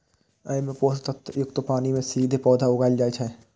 अय मे पोषक तत्व युक्त पानि मे सीधे पौधा उगाएल जाइ छै